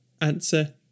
Answer